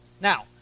Now